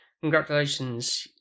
congratulations